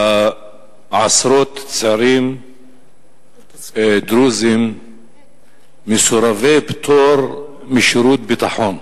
לעשרות צעירים דרוזים מסורבי פטור משירות ביטחון.